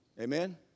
Amen